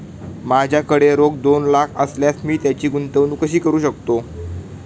माझ्याकडे रोख दोन लाख असल्यास मी त्याची गुंतवणूक कशी करू शकतो?